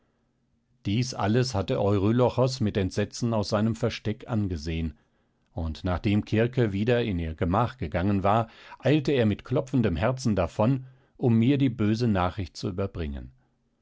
dies alles hatte eurylochos mit entsetzen aus seinem versteck angesehen und nachdem kirke wieder in ihr gemach gegangen war eilte er mit klopfendem herzen davon um mir die böse nachricht zu überbringen